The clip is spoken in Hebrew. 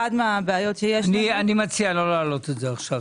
אחת מהבעיות שיש לנו --- אני מציע לא להעלות את זה עכשיו.